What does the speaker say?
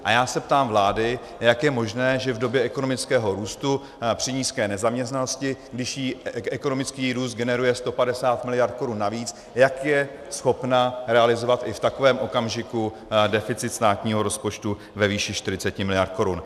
A já se ptám vlády, jak je možné, že v době ekonomického růstu, při nízké nezaměstnanosti, když jí ekonomický růst generuje 150 miliard korun navíc, jak je schopna realizovat i v takovém okamžiku deficit státního rozpočtu ve výši 40 miliard korun.